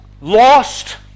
lost